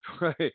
Right